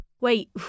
wait